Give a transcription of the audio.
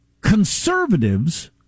Conservatives